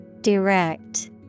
Direct